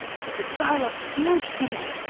so the guy looked huge to me.